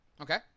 Okay